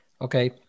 Okay